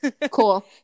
Cool